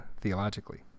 theologically